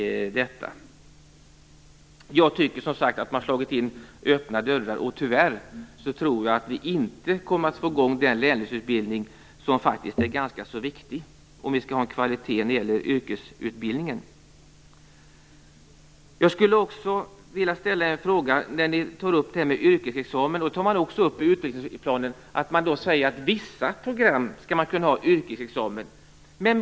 Jag tycker som sagt att man har slagit in öppna dörrar, och tyvärr tror jag inte att vi kommer att få i gång den lärlingsutbildning som faktiskt är ganska viktig om vi skall ha kvalitet när det gäller yrkesutbildningen. Jag skulle också vilja ställa en fråga om det här med yrkesexamen, som ni också tar upp. Enligt utvecklingsplanen skall vissa program kunna ha yrkesexamen.